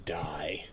die